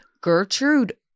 Gertrude